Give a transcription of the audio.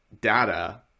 data